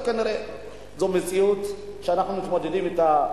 זאת כנראה מציאות שאנחנו מתמודדים אתה,